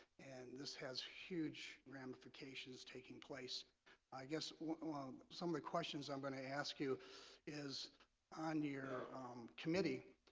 and this has huge ramifications taking place i guess some of the questions i'm going to ask you is on your committee